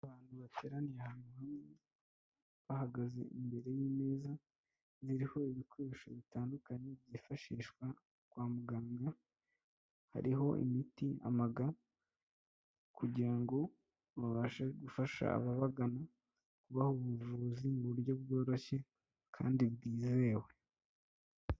Abantu bateraniye ahantu hamwe bahagaze imbere yi meza iriho ibikoresho bitandukanye byifashishwa kwa muganga hariho imiti amaga kugira ngo babashe gufasha ababagana kubaha ubuvuzi mu buryo bworoshye kandi bwizewe.